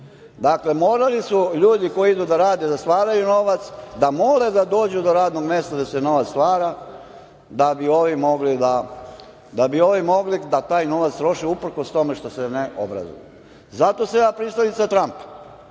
Dakle, morali su ljudi koji idu da rade, da stvaraju novac, da mole da dođu do radnog mesta gde se novac stvara, da bi ovi mogli da taj novac troše, uprkos tome što se ne obrazuju. Zato sam ja pristalica Trampa.